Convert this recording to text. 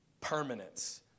permanence